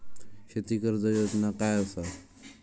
शेती कर्ज योजना काय असा?